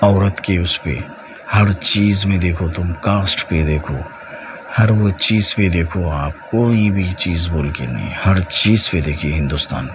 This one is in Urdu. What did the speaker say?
عورت کے اس پہ ہر چیز میں دیکھو تم کاسٹ پہ دیکھو ہر وہ چیز پہ دیکھو آپ کوئی بھی چیز بول کے نہیں ہر چیز پہ دیکھے ہندوستان